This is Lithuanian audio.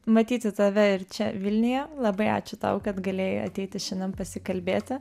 matyti tave ir čia vilniuje labai ačiū tau kad galėjai ateiti šiandien pasikalbėti